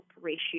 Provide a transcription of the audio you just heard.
ratio